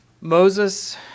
Moses